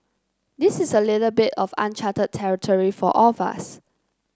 this is a little bit of uncharted territory for all of us